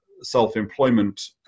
self-employment